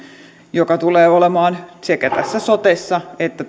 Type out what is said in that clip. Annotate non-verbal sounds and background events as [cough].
mitkä tulevat olemaan sekä sotessa että [unintelligible]